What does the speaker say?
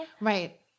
Right